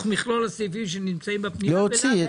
מכלול הסעיפים שנמצאים בפנייה --- להוציא,